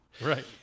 right